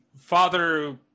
Father